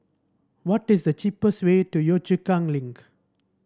what is the cheapest way to Yio Chu Kang Link